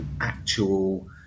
actual